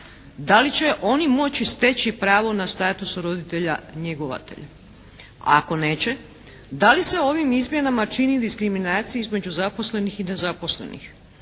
Da li će oni moći steći pravo na status roditelja njegovatelja? A ako neće, da li se ovim izmjenama čini diskriminacija između zaposlenih i nezaposlenih?